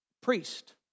Priest